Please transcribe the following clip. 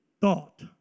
thought